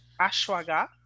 Ashwaga